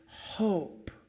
hope